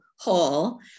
hall